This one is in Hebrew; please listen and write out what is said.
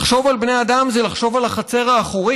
לחשוב על בני אדם זה לחשוב על החצר האחורית,